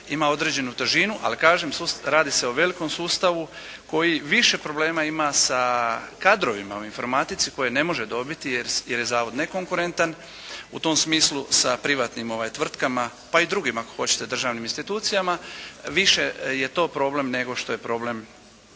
ima određenu težinu, ali kažem radi se o velikom sustavu koji više problema ima sa kadrovima u informatici koje ne može dobiti jer je zavod nekonkurentan u tom smislu sa privatnim tvrtkama pa i drugim ako hoćete državnim institucijama. Više je to problem nego što je problem